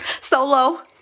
Solo